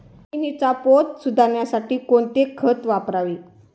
जमिनीचा पोत सुधारण्यासाठी कोणते खत वापरावे?